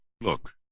look